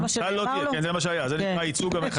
אם הייתי מנהל,